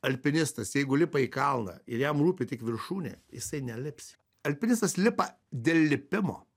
alpinistas jeigu lipa į kalną ir jam rūpi tik viršūnė jisai nelips alpinistas lipa dėl lipimo